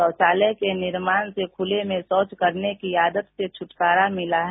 शौचालय के निर्माण के खुले में शौच करने की आदत से छटकारा मिला है